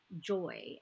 joy